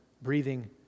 breathing